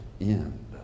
end